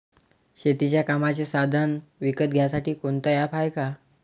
शेतीच्या कामाचे साधनं विकत घ्यासाठी कोनतं ॲप हाये का?